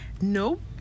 nope